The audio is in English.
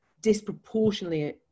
disproportionately